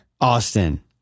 Austin